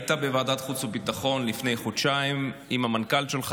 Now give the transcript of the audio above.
היית בוועדת החוץ והביטחון לפני חודשיים עם המנכ"ל שלך